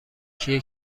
کیه